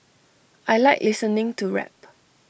I Like listening to rap